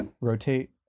rotate